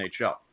NHL